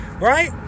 Right